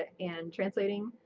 and translating